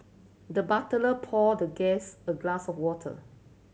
the butler poured the guest a glass of water